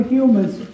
humans